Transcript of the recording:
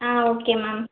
ah okay ma'am